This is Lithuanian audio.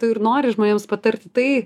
tu ir nori žmonėms patarti tai